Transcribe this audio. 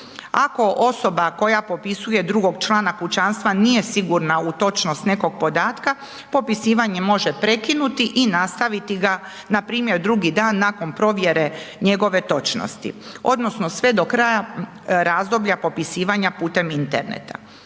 Ako osoba koja popisuje drugog člana kućanstva nije sigurna u točnost nekog podatka popisivanje može prekinuti i nastaviti ga npr. drugi dan nakon provjere njegove točnosti odnosno sve do kraja razdoblja popisivanja putem interneta.